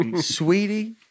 sweetie